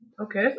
Okay